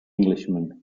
englishman